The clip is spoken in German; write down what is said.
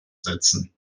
setzen